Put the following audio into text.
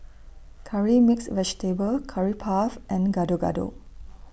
Curry Mixed Vegetable Curry Puff and Gado Gado